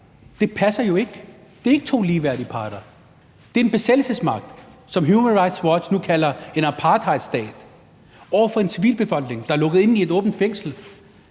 Det passer jo ikke. Det er ikke to ligeværdige parter. Det er en besættelsesmagt, som Human Rights Watch nu kalder en apartheidstat, over for en civilbefolkning, der er lukket inde i et åbent fængsel,